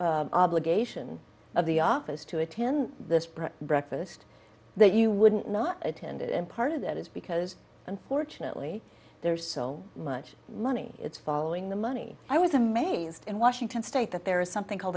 obligation of the office to attend this prayer breakfast that you wouldn't not attend and part of that is because unfortunately there is so much money it's following the money i was amazed in washington state that there is something called